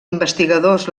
investigadors